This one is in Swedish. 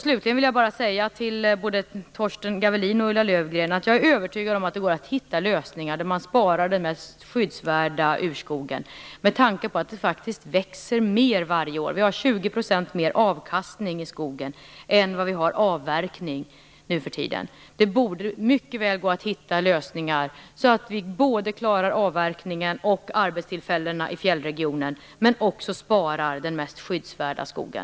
Slutligen vill jag bara säga till både Torsten Gavelin och Ulla Löfgren att jag är övertygad om att det går att finna lösningar, där man sparar den mest skyddsvärda urskogen - detta med tanke på att det faktiskt växer mer varje år. Avkastningen från skogen är 20 % högre än avverkningen nu för tiden. Det borde mycket väl gå att finna lösningar, så att man klarar både avverkningen och arbetstillfällena i fjällregionen men också så att man sparar den mest skyddsvärda skogen.